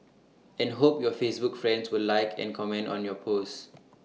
and hope your Facebook friends will like or comment on your post